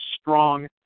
strong